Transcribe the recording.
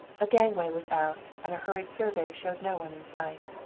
a gangway was out and a hurried survey showed no one in sight.